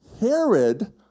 Herod